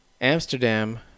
Amsterdam